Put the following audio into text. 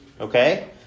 Okay